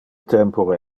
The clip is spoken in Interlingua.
tempore